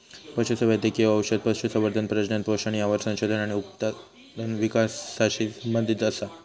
पशु वैद्यकिय औषध, पशुसंवर्धन, प्रजनन, पोषण यावर संशोधन आणि उत्पादन विकासाशी संबंधीत असा